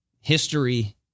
history